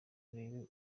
urebe